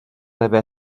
haver